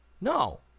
No